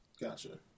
Gotcha